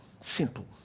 simple